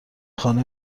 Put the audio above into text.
خانه